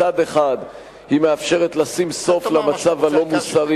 מצד אחד, היא מאפשרת לשים סוף למצב הלא-מוסרי